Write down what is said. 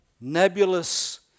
nebulous